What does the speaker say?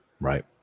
Right